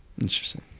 Interesting